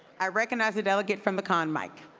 i recognize the delegate from the con mic.